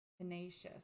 tenacious